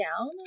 down